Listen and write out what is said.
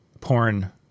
porn